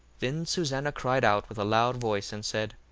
then susanna cried out with a loud voice, and said,